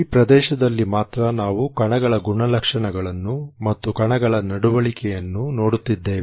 ಈ ಪ್ರದೇಶದಲ್ಲಿ ಮಾತ್ರ ನಾವು ಕಣಗಳ ಗುಣಲಕ್ಷಣಗಳನ್ನು ಮತ್ತು ಕಣಗಳ ನಡವಳಿಕೆಯನ್ನು ನೋಡುತ್ತಿದ್ದೇವೆ